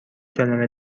کلمه